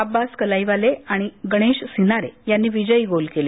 अब्बास कलाईवाले आणि गणेश सिनारे यांनी विजयी गोल केले